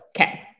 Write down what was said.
Okay